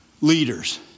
leaders